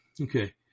okay